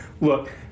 Look